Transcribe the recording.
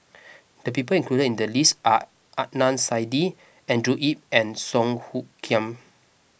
the people included in the list are Adnan Saidi Andrew Yip and Song Hoot Kiam